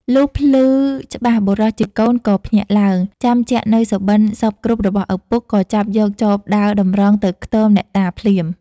លុះភ្លឺច្បាស់បុរសជាកូនក៏ភ្ញាក់ឡើង ចាំជាក់នូវសុបិនសព្វគ្រប់របស់ឪពុក ក៏ចាប់យកចបដើរតម្រង់ទៅខ្ទមអ្នកតាភ្លាម។